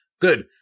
Good